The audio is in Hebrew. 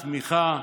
תמיכה,